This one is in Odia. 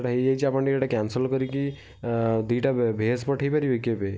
ହୋଇଯାଇଛି ଆପଣ ଟିକେ କ୍ୟାନସଲ୍ କରିକି ଦୁଇଟା ଭେଜ୍ ପଠାଇ ପାରିବେକି ଏବେ